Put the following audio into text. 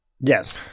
Yes